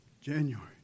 January